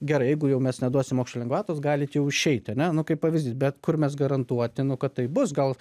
gerai jeigu jau mes neduosim mokesčių lengvatos galit jau išeit ar ne nu kaip pavyzdys bet kur mes garantuoti nu kad taip bus gal